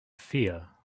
fear